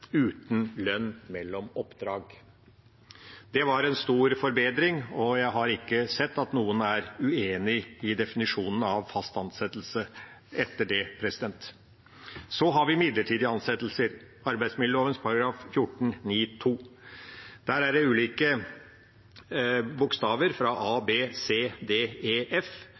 uten lønn mellom oppdrag. Det var en stor forbedring, og jeg har ikke sett at noen er uenig i definisjonen av fast ansettelse etter det. Så har vi midlertidige ansettelser – arbeidsmiljøloven § 14-9 andre ledd. Der er det ulike bokstaver: a, b, c, d, e og f.